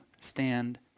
stand